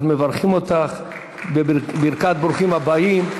אנחנו מברכים אותך בברכת ברוכים הבאים.